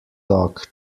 dog